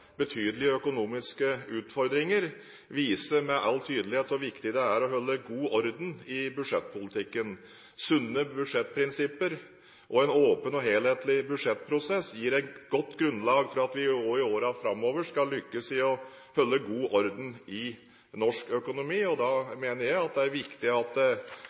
betydelige økonomiske utfordringer, viser med all tydelighet hvor viktig det er å holde god orden i budsjettpolitikken. Sunne budsjettprinsipper og en åpen og helhetlig budsjettprosess gir et godt grunnlag for at vi også i årene framover skal lykkes med å holde god orden i norsk økonomi. Da mener jeg det er viktig at